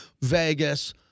Vegas